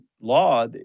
law